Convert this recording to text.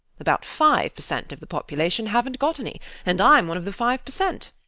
about five per cent of the population havnt got any and i'm one of the five per cent.